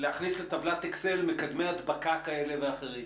להכניס לטבלת אקסל מקדמי הדבקה כאלה ואחרים.